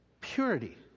purity